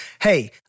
hey